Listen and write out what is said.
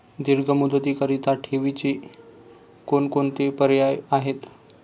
दीर्घ मुदतीकरीता ठेवीचे कोणकोणते पर्याय आहेत?